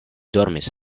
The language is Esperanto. dormis